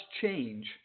change